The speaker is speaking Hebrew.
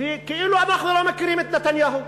וכאילו אנחנו לא מכירים את נתניהו.